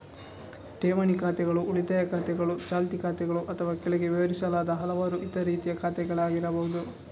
ಠೇವಣಿ ಖಾತೆಗಳು ಉಳಿತಾಯ ಖಾತೆಗಳು, ಚಾಲ್ತಿ ಖಾತೆಗಳು ಅಥವಾ ಕೆಳಗೆ ವಿವರಿಸಲಾದ ಹಲವಾರು ಇತರ ರೀತಿಯ ಖಾತೆಗಳಾಗಿರಬಹುದು